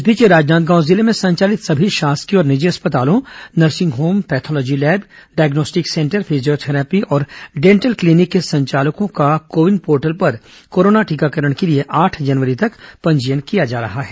इस बीच राजनांदगांव जिले में संचालित सभी शासकीय और निजी अस्पतालों nursing home pathology lab diagnostic centre physiotherapy और डेंटल क्लीनिक के संचालकों का को विन पोर्टल पर कोरोना टीकाकरण के लिए आठ जनवरी तक पंजीयन किया जा रहा है